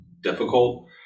difficult